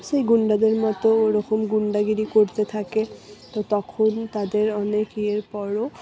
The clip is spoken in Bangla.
সেই গুন্ডাদের মতো ওরকম গুন্ডাগিরি করতে থাকে তো তখন তাদের অনেক ইয়ের পরও